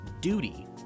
duty